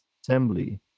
Assembly